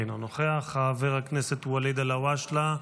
אינו נוכח, חבר הכנסת וליד אלהואשלה,